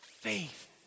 faith